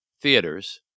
theaters